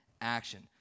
action